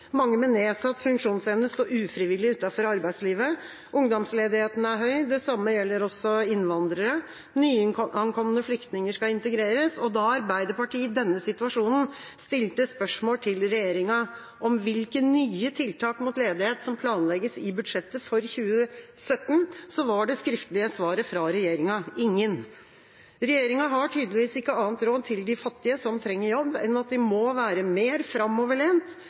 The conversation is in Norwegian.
Mange med nedsatt funksjonsevne står ufrivillig utenfor arbeidslivet. Ungdomsledigheten er høy. Det samme gjelder også innvandrere. Nyankomne flyktninger skal integreres. Da Arbeiderpartiet i denne situasjonen stilte spørsmål til regjeringa om hvilke nye tiltak mot ledighet som planlegges i budsjettet for 2017, var det skriftlige svaret fra regjeringa: ingen. Regjeringa har tydeligvis ikke annet råd til de fattige som trenger jobb, enn at de må være mer framoverlent.